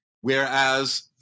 whereas